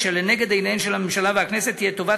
כשלנגד עיניהן של הממשלה והכנסת תהיה טובת